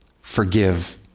Forgive